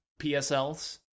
PSLs